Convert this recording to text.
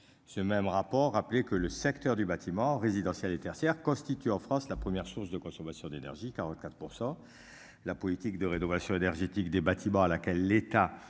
Ce même rapport après que le secteur du bâtiment résidentiel et tertiaire constitue en France, la première chose de consommation d'énergie. 44%. La politique de rénovation énergétique des bâtiments à laquelle l'État